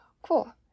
Cool